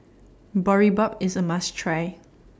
Boribap IS A must Try